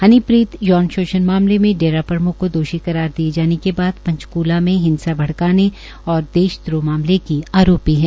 हनीप्रीत यौन शोषण मामले में डेरा प्रमुख को दोषी करार दिए जाने के बाद पंचक्ला में हिंसा भड़कानें और देश द्रोह मामले की आरोपी है